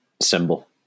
symbol